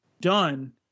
done